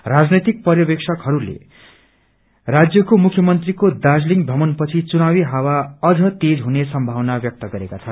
रानजैतिक पर्यवेक्षकहरूले राज्यको मुख्यमन्त्रीको दार्जीलिङ भ्रमण पछि चुनावी हावा अझ तेज हुने संभावना व्यक्त गरेका छन्